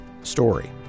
story